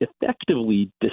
effectively